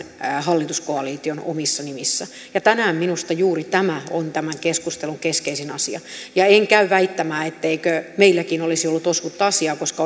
hallituskoalition omissa nimissä tänään minusta juuri tämä on tämän keskustelun keskeisin asia en käy väittämään etteikö meilläkin olisi ollut osuutta asiaan koska